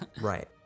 right